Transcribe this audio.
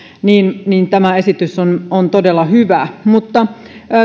eli tämä esitys on on todella hyvä mutta